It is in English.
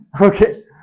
Okay